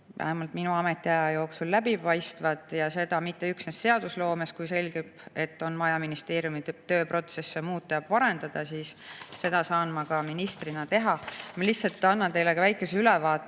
vähemalt minu ametiaja jooksul läbipaistvad, ja seda mitte üksnes seadusloomes. Kui selgub, et on vaja ministeeriumi tööprotsesse muuta ja parandada, siis seda saan ma ministrina teha. Ma annan teile väikese ülevaate